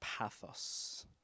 pathos